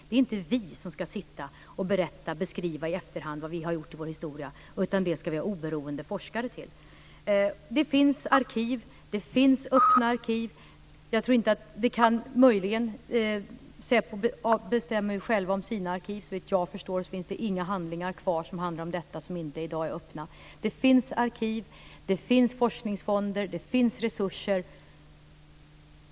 Det är inte vi som ska beskriva i efterhand vad vi har gjort, utan det ska vi ha oberoende forskare till. Det finns öppna arkiv. Säpo bestämmer själv om sina arkiv. Såvitt jag förstår finns det inga handlingar kvar som handlar om detta och som inte är offentliga. Det finns arkiv, forskningsfonder och resurser.